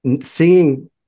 seeing